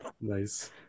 nice